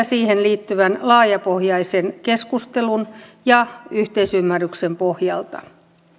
siihen liittyvän laajapohjaisen keskustelun ja yhteisymmärryksen pohjalta